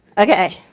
okay,